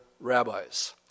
rabbis